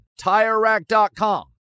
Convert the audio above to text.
TireRack.com